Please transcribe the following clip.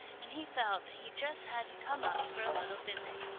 and he felt that he just had to come up for a little visit.